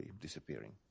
disappearing